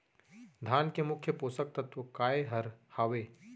धान के मुख्य पोसक तत्व काय हर हावे?